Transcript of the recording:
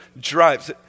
drives